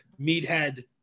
meathead